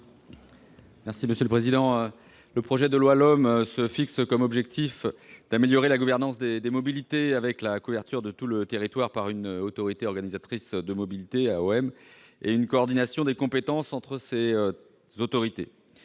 Piednoir, sur l'article. Le projet LOM se fixe comme objectif d'améliorer la gouvernance des mobilités avec la couverture de tout le territoire par une autorité organisatrice de la mobilité, AOM, et une coordination des compétences entre ces autorités.